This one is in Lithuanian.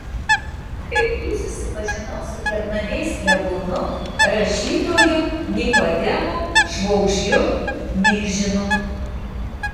per jį susipažinau su kernavės klebonu rašytoju nikodemu švogžliu milžinu